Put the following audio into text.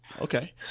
Okay